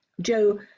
Joe